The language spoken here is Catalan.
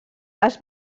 les